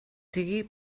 sigui